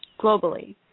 globally